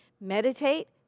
Meditate